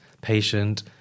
patient